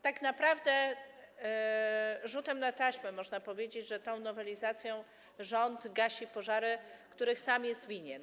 Tak naprawdę rzutem na taśmę, można powiedzieć, tą nowelizacją rząd gasi pożary, których sam jest winien.